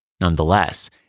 Nonetheless